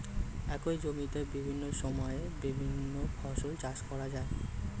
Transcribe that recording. একই জমিতে বিভিন্ন সময়ে বিভিন্ন ফসল চাষ করা যায়